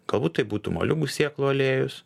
galbūt tai būtų moliūgų sėklų aliejus